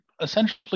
essentially